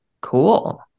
Cool